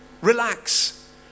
Relax